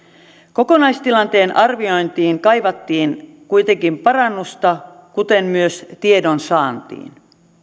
kokonaistilanteen arviointiin kaivattiin kuitenkin parannusta kuten myös tiedonsaantiin